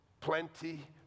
plenty